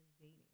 dating